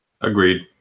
Agreed